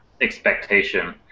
expectation